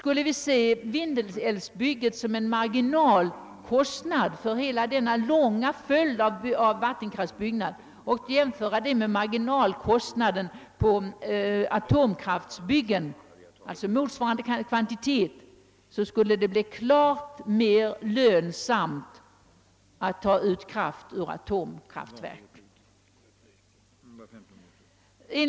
Om vi ser Vindelälvsbygget som en marginalkostnad för hela denna långa följd av vattenkraftbyggen och jämför med marginalkostnaden för motsvarande energimängd vid ett atomkraftbygge, finner vi att det blir klart mer lönsamt att ta ut kraft ur atomkraftverk.